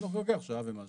זה לוקח שעה ומשהו.